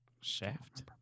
Shaft